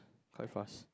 quite fast